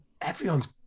Everyone's